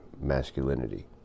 masculinity